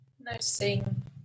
Noticing